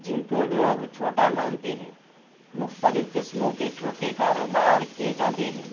جن کو لوگ چھوٹا مانتے ہیں مختلف قسموں کے چھوٹے کاروبار کیے جاتے ہیں